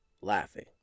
laughing